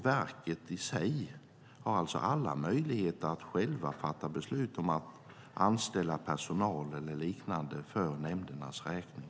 Verket i sig har alltså alla möjligheter att självt fatta beslut om att anställa personal eller liknande för nämndernas räkning.